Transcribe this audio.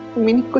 mini,